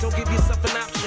so give yourself an